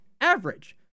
average